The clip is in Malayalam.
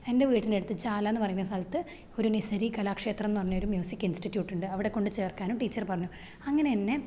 എന്റെ വീടിന്റെടുത്ത് ചാലാന്ന് പറയുന്ന സ്ഥലത്ത് ഒരു മിസരി കലാക്ഷേത്രംന്ന് പറഞ്ഞൊരു മ്യുസിക് ഇന്സ്റ്റിട്ട്യൂട്ടുണ്ട് അവിടെക്കൊണ്ട് ചേര്ക്കാനും ടീച്ചറ് പറഞ്ഞു അങ്ങനെ എന്നെ